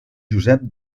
josep